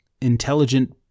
intelligent